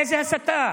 איזה הסתה.